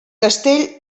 castell